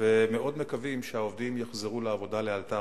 ומאוד מקווים שהעובדים יחזרו לעבודה לאלתר.